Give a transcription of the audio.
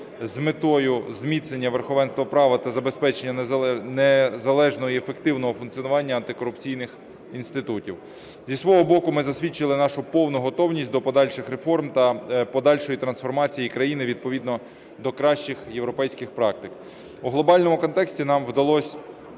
з метою зміцнення верховенства права та забезпечення незалежного і ефективного функціонування антикорупційних інститутів. Зі свого боку ми засвідчили нашу повну готовність до подальших реформ та подальшої трансформації країни відповідно до кращих європейських практик. У глобальному контексті нам вдалось